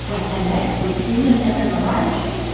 when mx was in an fmri machine,